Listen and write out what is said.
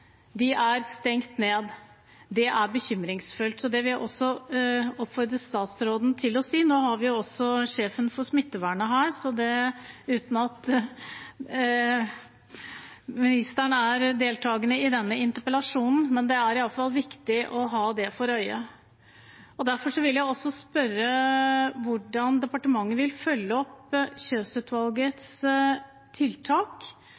er stengt ned. Det er bekymringsfullt. Nå har vi også sjefen for smittevernet, statsråd Høie, her – uten at han er deltakende i denne interpellasjonen. Det er i alle fall viktig å ha dette for øye. Derfor vil jeg også spørre hvordan departementet vil følge opp Kjøs-utvalgets tiltak